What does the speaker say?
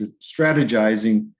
strategizing